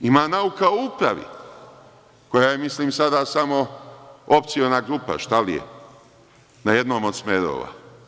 Ima „Nauka o upravi“ koja je sada samo opciona grupa, šta li je, na jednom od smerova.